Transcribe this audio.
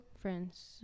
friends